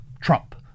Trump